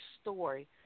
story